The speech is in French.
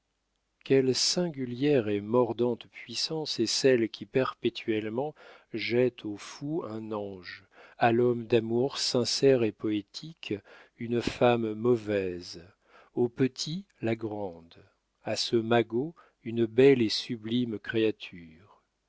quelle singulière et mordante puissance est celle qui perpétuellement jette au fou un ange à l'homme d'amour sincère et poétique une femme mauvaise au petit la grande et à ce magot une belle et sublime créature